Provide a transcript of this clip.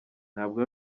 ntabwo